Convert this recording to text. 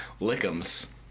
Lickums